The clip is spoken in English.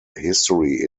history